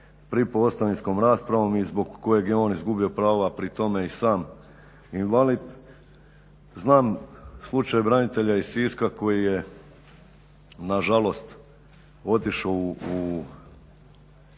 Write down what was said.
pripao ostavinskom raspravom i zbog kojeg je on izgubio prava, a pri tome je i sam invalid. Znam slučaj branitelja iz Siska koji je nažalost otišao,